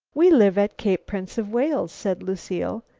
we live at cape prince of wales, said lucile.